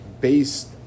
based